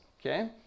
Okay